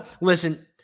listen